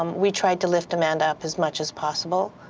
um we tried to lift amanda up as much as possible,